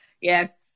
Yes